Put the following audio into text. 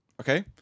okay